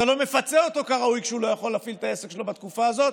אתה לא מפצה אותו כראוי כשהוא לא יכול להפעיל את העסק שלו בתקופה הזאת,